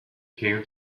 care